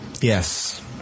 Yes